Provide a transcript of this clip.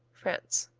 france